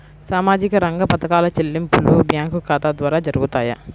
సామాజిక రంగ పథకాల చెల్లింపులు బ్యాంకు ఖాతా ద్వార జరుగుతాయా?